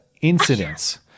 incidents